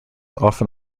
often